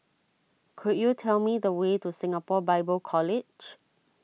could you tell me the way to Singapore Bible College